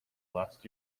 last